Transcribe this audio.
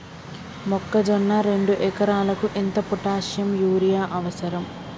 మొక్కజొన్న రెండు ఎకరాలకు ఎంత పొటాషియం యూరియా అవసరం?